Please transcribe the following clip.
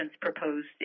proposed